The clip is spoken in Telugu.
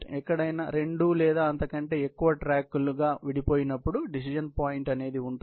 ఎక్కడైనా రెండు లేదా అంతకంటే ఎక్కువ ట్రాక్లుగా విడిపోయినప్పుడు డెసిషన్ పాయింట్ అనేది ఉంటుంది